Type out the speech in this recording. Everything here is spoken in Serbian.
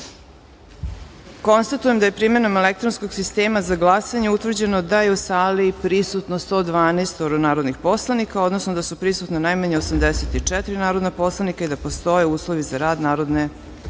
jedinice. Konstatujem da je primenom elektronskog sistema za glasanje, utvrđeno da je u sali prisutno 112 narodnih poslanika, odnosno da su prisutna najmanje 84 narodna poslanika i da postoje uslovi za rad Narodne